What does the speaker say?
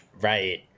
Right